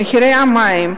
מחירי המים,